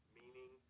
meaning